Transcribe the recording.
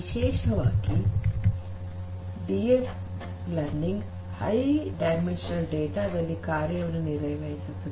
ವಿಶೇಷವಾಗಿ DL high dimensional data ದಲ್ಲಿ ಕಾರ್ಯವನ್ನು ನಿರ್ವಹಿಸುತ್ತದೆ